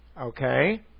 Okay